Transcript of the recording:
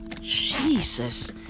Jesus